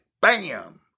Bam